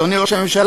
אדוני ראש הממשלה,